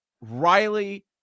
Riley